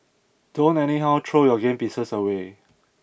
don't anyhow throw your game pieces away